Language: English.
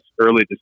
early